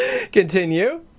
Continue